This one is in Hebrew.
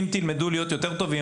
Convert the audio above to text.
אם תלמדו להיות יותר טובים,